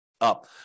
up